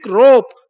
rope